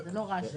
זה לא רש"י.